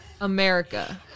America